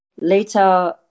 later